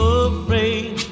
afraid